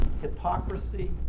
hypocrisy